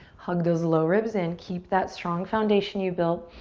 hug those low ribs in. keep that strong foundation you've built.